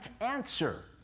answer